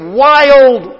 wild